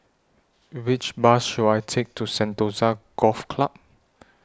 Which Bus should I Take to Sentosa Golf Club